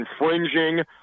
infringing